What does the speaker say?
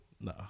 No